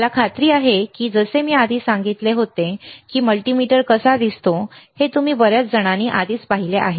मला खात्री आहे की जसे मी आधी सांगितले होते की मल्टीमीटर कसा दिसतो हे तुम्ही बऱ्याच जणांनी आधीच पाहिले आहे